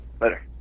Later